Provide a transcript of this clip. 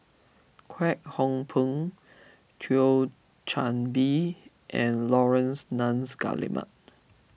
Kwek Hong Png Thio Chan Bee and Laurence Nunns Guillemard